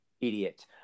idiot